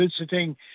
visiting